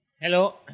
Hello